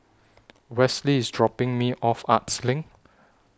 Wesley IS dropping Me off Arts LINK